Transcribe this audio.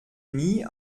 nie